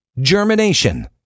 Germination